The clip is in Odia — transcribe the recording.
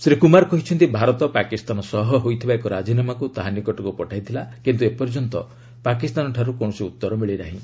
ଶ୍ରୀ କୁମାର କହିଛନ୍ତି ଭାରତ' ପାକିସ୍ତାନ ସହ ହୋଇଥିବା ଏକ ରାଜିନାମାକୁ ତାହା ନିକଟକୁ ପଠାଇଥିଲା କିନ୍ତୁ ଏପର୍ଯ୍ୟ ପାକସ୍ତାନଠାରୁ କୌଣସି ଉତ୍ତର ମିଳିନାହିଁ